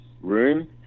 room